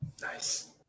Nice